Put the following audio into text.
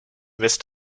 missed